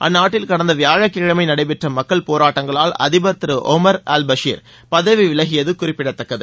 அந்நாட்டில் கடந்த வியாழக்கிழமை நடைபெற்ற மக்கள் போராட்டங்களால் அதிபர் திரு ஒமர் அல் பசிர் பதவி விலகியது குறிப்பிடதக்கது